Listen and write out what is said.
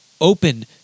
open